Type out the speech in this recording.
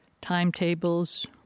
timetables